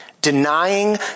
Denying